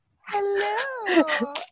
Hello